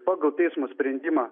pagal teismo sprendimą